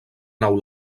nau